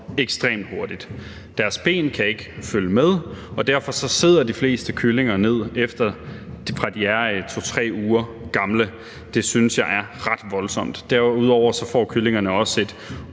ekstremt hurtigt. Deres ben kan ikke følge med, og derfor sidder de fleste kyllinger ned, fra de er 2-3 uger gamle. Det synes jeg er ret voldsomt. Derudover får kyllingerne et